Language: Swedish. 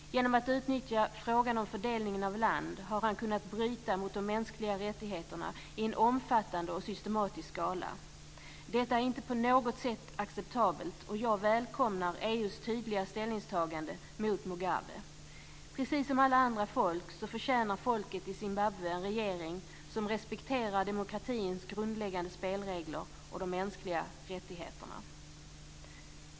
Genom att utnyttja frågan om fördelningen av land har han kunnat bryta mot de mänskliga rättigheterna i en omfattande och systematisk skala. Detta är inte på något sätt acceptabelt, och jag välkomnar EU:s tydliga ställningstagande mot Mugabe. Precis som alla andra folk förtjänar folket i Zimbabwe en regering som respekterar demokratins grundläggande spelregler och de mänskliga rättigheterna.